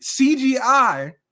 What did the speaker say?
CGI